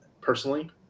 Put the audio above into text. personally